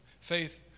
faith